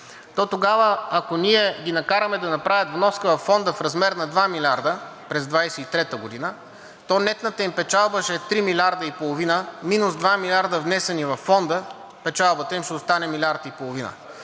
то тогава, ако ние ги накараме да направят вноска във Фонда в размер на 2 милиарда през 2023 г., то нетната им печалба ще е 3 милиарда и половина минус 2 милиарда, внесени във Фонда – печалбата им ще остане милиард и половина,